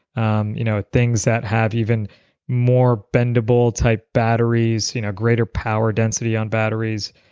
um you know things that have even more bendable type batteries you know greater power density on batteries.